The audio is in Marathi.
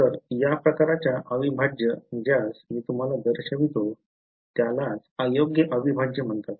तर या प्रकारचा अविभाज्य ज्यास मी तुम्हाला दर्शवितो त्यालाच अयोग्य अविभाज्य म्हणतात